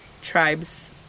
tribe's